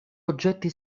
oggetti